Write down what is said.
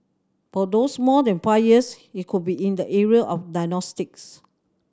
for those more than five years it could be in the area of diagnostics